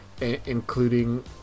including